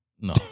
No